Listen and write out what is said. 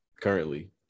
currently